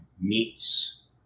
meets